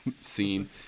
scene